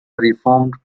reformed